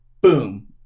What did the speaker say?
Boom